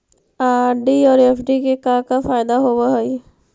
RD और FD के का फायदा होव हई?